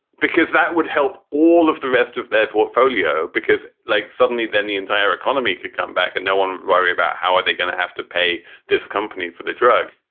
because that would help all of the rest of their portfolio because, like suddenly then the entire economy could come back and no one would worry about how are they going to have to pay this company for the drug.